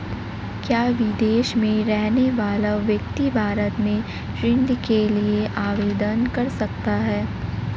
क्या विदेश में रहने वाला व्यक्ति भारत में ऋण के लिए आवेदन कर सकता है?